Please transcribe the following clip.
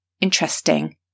interesting